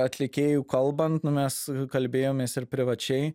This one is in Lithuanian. atlikėju kalbant nu mes kalbėjomės ir privačiai